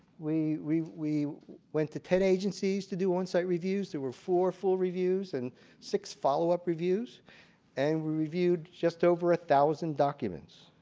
we we went to ten agencies to do on-site reviews, there were four full reviews and six follow-up reviews and we reviewed just over a thousand documents.